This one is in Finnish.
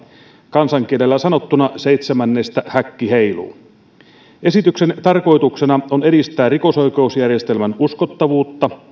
kansankielellä sanottuna seitsemännestä häkki heiluu esityksen tarkoituksena on edistää rikosoikeusjärjestelmän uskottavuutta